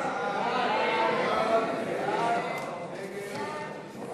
סעיף 17, כהצעת הוועדה, נתקבל.